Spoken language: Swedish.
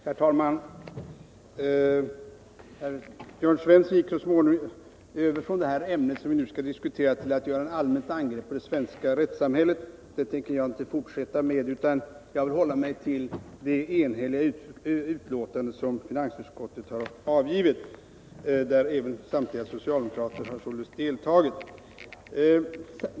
Herr talman! Jörn Svensson gick så småningom över från det ämne som vi nu skall diskutera och gjorde ett allmänt angrepp på det svenska rättssamhället. Jag tänker inte ta upp den saken utan vill hålla mig till det enhälliga betänkande som finansutskottet har avgivit. Bakom står således även samtliga socialdemokrater.